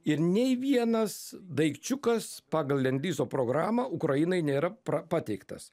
ir nei vienas daikčiukas pagal lendlizo programą ukrainai nėra pateiktas